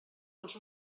els